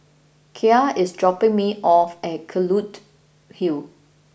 Kaia is dropping me off at Kelulut Hill